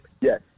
Yes